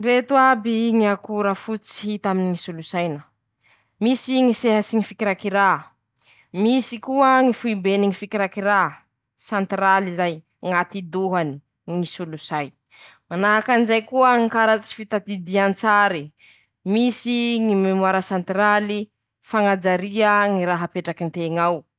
Ndreto aby ñy akora fototsy hita aminy ñy solosaina :-Misy ñy sehatsy ñy fikirakirà, misy koa ñy fohibeny ñy fikirakira, centraly zay, ñati-dohany, ñy solosay ;manahaky anizay koa ñy kara tsy fitadindian-tsary, misy ñy memoara santraly, fañajaria ñy raha apetrakin-teña ao.